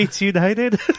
United